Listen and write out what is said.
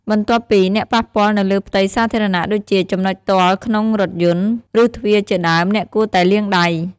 បន្ទាប់ពី អ្នកប៉ះពាល់នៅលើផ្ទៃសាធារណៈដូចជា ចំណុចទាល់ក្នុងរថយន្ត ឬទ្វារជាដើម អ្នកគួរតែលាងដៃ។